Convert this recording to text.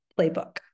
playbook